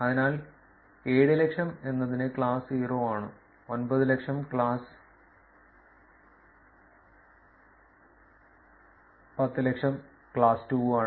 അതിനാൽ 700000 എന്നതിന് ക്ലാസ് 0 ആണ് 900000 ക്ലാസ്സ് 100000 ക്ലാസ് 2 ആണ്